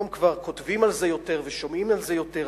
היום כבר כותבים על זה יותר ושומעים על זה יותר,